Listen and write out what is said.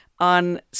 on